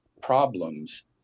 problems